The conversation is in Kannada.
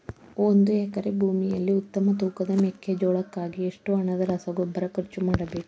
ಒಂದು ಎಕರೆ ಭೂಮಿಯಲ್ಲಿ ಉತ್ತಮ ತೂಕದ ಮೆಕ್ಕೆಜೋಳಕ್ಕಾಗಿ ಎಷ್ಟು ಹಣದ ರಸಗೊಬ್ಬರ ಖರ್ಚು ಮಾಡಬೇಕು?